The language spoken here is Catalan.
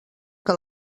que